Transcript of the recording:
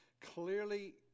clearly